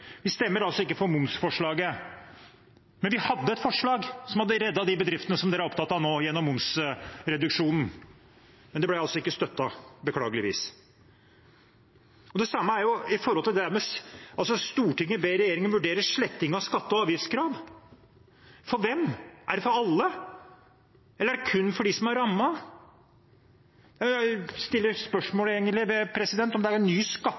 hadde reddet de bedriftene en er opptatt av nå, gjennom forslaget om momsreduksjon, men det ble ikke støttet, beklageligvis. Det samme gjelder forslaget som lyder: «Stortinget ber regjeringen vurdere sletting av skatte- og avgiftskrav.» For hvem? Er det for alle, eller er det kun for dem som er rammet? Jeg stiller spørsmål ved om dette er en ny